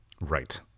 Right